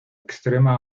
extrema